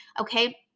Okay